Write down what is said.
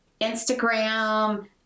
Instagram